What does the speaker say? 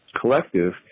collective